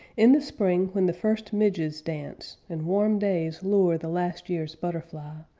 in the spring when the first midges dance and warm days lure the last-year's butterfly,